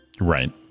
Right